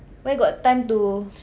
where got time to